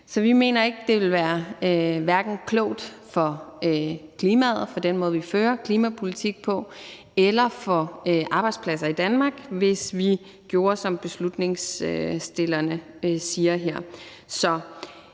Så vi mener ikke, at det vil være klogt for hverken klimaet, for den måde, vi fører klimapolitik på, eller for arbejdspladser i Danmark, hvis vi gjorde, som beslutningsforslagsstillerne siger her.